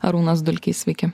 arūnas dulkys sveiki